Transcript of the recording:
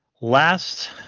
last